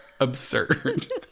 absurd